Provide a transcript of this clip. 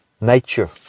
nature